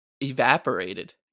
evaporated